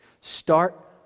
Start